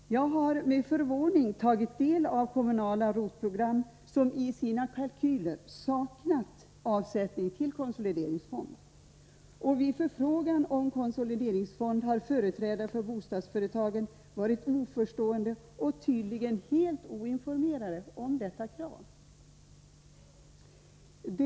Jag har med förvåning tagit del av kalkyler för kommunala ROT-program, där det saknats avsättning till konsolideringsfond. Vid förfrågan rörande bristen på konsolideringsfond har företrädare för bostadsföretagen varit oförstående och tydligen helt oinformerade om det krav som finns i detta avseende.